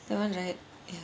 that [one] right